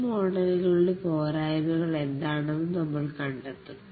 ഈ മോഡലുകളുടെ പോരായ്മകൾ എന്താണെന്ന് നമ്മൾ കണ്ടെത്തും